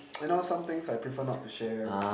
you know some things I prefer not to share